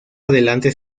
adelante